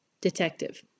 Detective